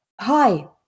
hi